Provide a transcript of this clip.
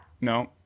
No